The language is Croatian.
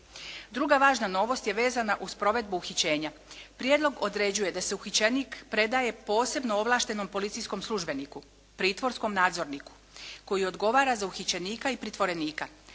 Druga važna novost je vezana uz provedbu uhićenja. Prijedlog uređuje da se uhićenik predaje posebno ovlaštenom policijskom službeniku, pritvorskom nadzorniku koji odgovara za uhićenika i pritvorenika.